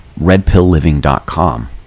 redpillliving.com